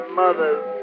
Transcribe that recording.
mother's